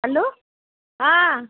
hello ହଁ